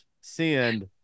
send